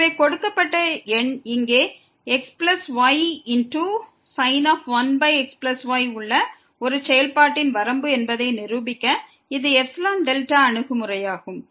எனவே கொடுக்கப்பட்ட எண் இங்கே xysin 1xy உள்ள ஒரு செயல்பாட்டின் வரம்பு என்பதை நிரூபிக்க இது εδ அணுகுமுறையாகும்